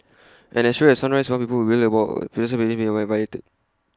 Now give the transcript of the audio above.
and as sure as A sunrise some people will wail about personal freedoms being violated